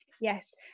Yes